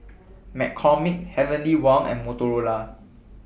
McCormick Heavenly Wang and Motorola